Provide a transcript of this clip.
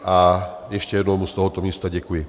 A ještě jednou mu z tohoto místa děkuji. .